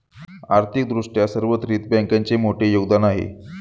आर्थिक दृष्ट्या सार्वत्रिक बँकांचे मोठे योगदान आहे